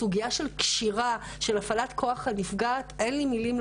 הסוגיה של קשירה ושל הפעלת כוח על נפגעת - אין לי מילים,